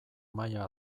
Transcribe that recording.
maila